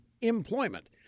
employment